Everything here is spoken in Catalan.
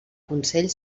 consell